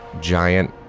Giant